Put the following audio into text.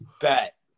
Bet